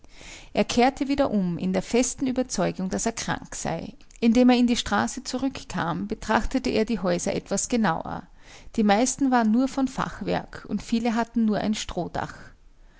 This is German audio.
er kehrte wieder um in der festen überzeugung daß er krank sei indem er in die straße zurückkam betrachtete er die häuser etwas genauer die meisten waren nur von fachwerk und viele hatten nur ein strohdach